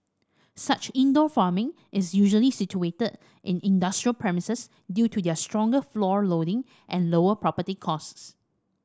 such indoor farming is usually situated in industrial premises due to their stronger floor loading and lower property costs